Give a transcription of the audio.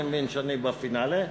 אני מבין שאני בפינאלה,